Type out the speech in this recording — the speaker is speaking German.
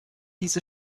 diese